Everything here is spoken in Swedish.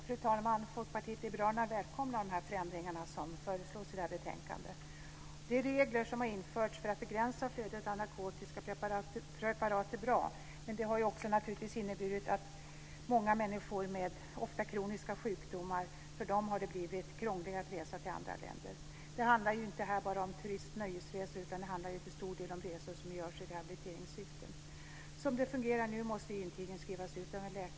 Fru talman! Folkpartiet liberalerna välkomnar de förändringar som nu föreslås i betänkandet. De regler som har införts för att begränsa flödet av narkotiska preparat är bra, men det har även inneburit att det för många människor med bl.a. kroniska sjukdomar har blivit krångligare att resa till andra länder. Det handlar ju inte bara om turistresor, utan det handlar ju till stor del om resor som görs i rehabiliteringssyfte. Som det fungerar nu måste intygen skrivas ut av en läkare.